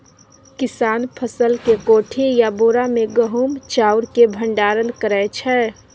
किसान फसल केँ कोठी या बोरा मे गहुम चाउर केँ भंडारण करै छै